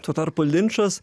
tuo tarpu linčas